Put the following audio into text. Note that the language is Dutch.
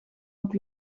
het